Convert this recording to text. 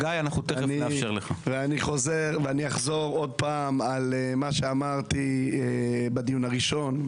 אני אחזור עוד פעם על מה שאמרתי בדיון הראשון,